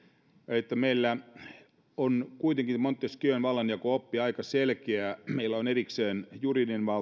että meillä kuitenkin montesquieun vallanjako oppi on aika selkeä meillä on erikseen juridinen